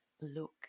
look